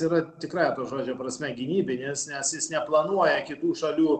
yra tikrąja to žodžio prasme gynybinis nes jis neplanuoja kitų šalių